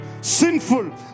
sinful